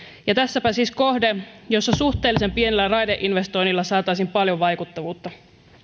ja tässäpä siis kohde jossa suhteellisen pienellä raideinvestoinnilla saataisiin paljon vaikuttavuutta